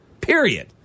period